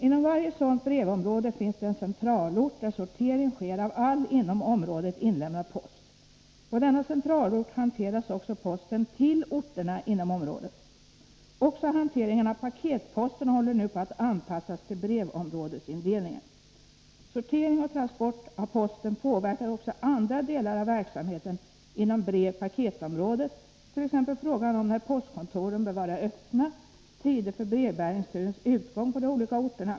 Inom varje sådant brevområde finns det en centralort, där sortering sker av all inom området inlämnad post. På denna centralort hanteras också posten till orterna inom området. Också hanteringen av paketposten håller nu på att anpassas till brevområdesindelningen. Sortering och transport av posten påverkar också andra delar av verksamheten inom brevoch paketområdet, t.ex. frågan om när postkontoren bör vara öppna och tider för brevbäringsturens utgång på de olika orterna.